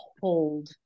hold